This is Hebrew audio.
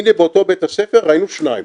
הנה באותו בית הספר היו שניים.